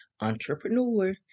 entrepreneur